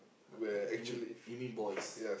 uh you mean you mean boys